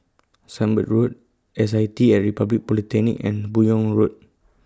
Sunbird Road S I T Republic Polytechnic and Buyong Road